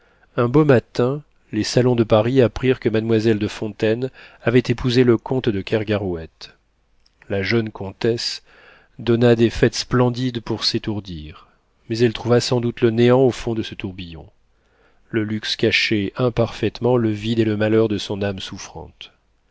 un beau matin les salons de paris apprirent que mademoiselle de fontaine avait épousé le comte de kergarouët la jeune comtesse donna des fêtes splendides pour s'étourdir mais elle trouva sans doute le néant au fond de ce tourbillon le luxe cachait imparfaitement le vide et le malheur de son âme souffrante